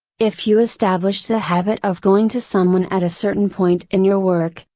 if you establish the habit of going to someone at a certain point in your work,